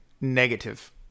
negative